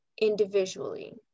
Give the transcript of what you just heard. individually